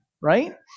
right